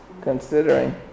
considering